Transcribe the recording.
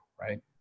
right